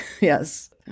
Yes